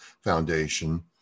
Foundation